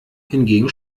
hingegen